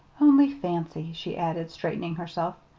only fancy, she added, straightening herself,